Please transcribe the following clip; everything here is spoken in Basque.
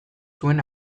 zuen